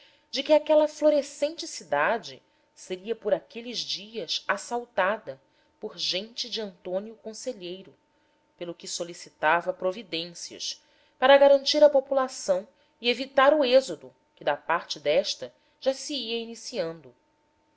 de que aquela florescente cidade seria por aqueles dias assaltada por gente de antônio conselheiro pelo que solicitava providências para garantir a população e evitar o êxodo que da parte desta já se ia iniciando